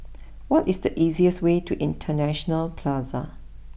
what is the easiest way to International Plaza